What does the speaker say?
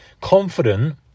confident